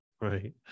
right